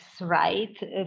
right